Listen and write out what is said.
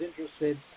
interested